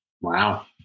Wow